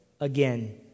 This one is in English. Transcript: again